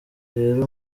rero